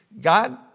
God